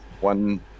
One